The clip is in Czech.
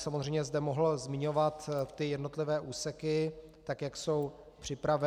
Samozřejmě bych zde mohl zmiňovat jednotlivé úseky tak, jak jsou připraveny.